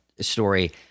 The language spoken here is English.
story